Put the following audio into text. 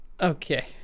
Okay